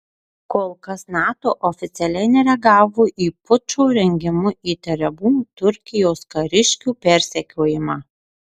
kol kas nato oficialiai nereagavo į pučo rengimu įtariamų turkijos kariškių persekiojimą